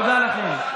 תודה לכם.